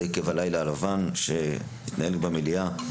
עקב הלילה הלבן שהתנהל במליאה,